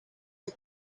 rwo